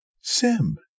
Sim